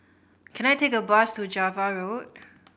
can I take a bus to Java Road